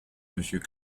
monsieur